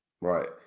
right